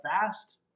fast